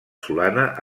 solana